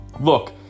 Look